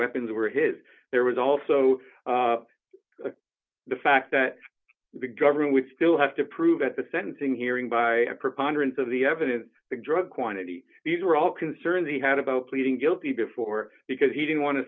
weapons were his there was also the fact that the government would still have to prove at the sentencing hearing by a preponderance of the evidence the drug quantity these are all concerns he had about pleading guilty before because he didn't want to